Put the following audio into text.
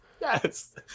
Yes